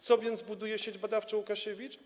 Co więc buduje Sieć Badawcza: Łukasiewicz?